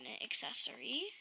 accessory